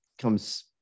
comes